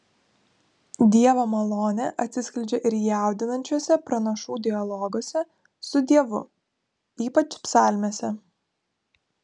dievo malonė atsiskleidžia ir jaudinančiuose pranašų dialoguose su dievu ypač psalmėse